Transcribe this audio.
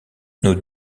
nos